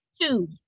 Two